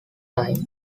time